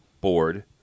board